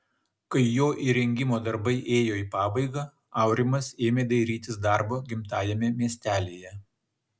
kai jo įrengimo darbai ėjo į pabaigą aurimas ėmė dairytis darbo gimtajame miestelyje